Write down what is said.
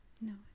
No